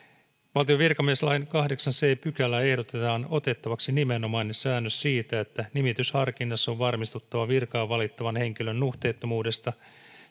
valtion virkamieslain kahdeksanteen c pykälään ehdotetaan otettavaksi nimenomainen säännös siitä että nimitysharkinnassa on varmistuttava virkaan valittavan henkilön nuhteettomuudesta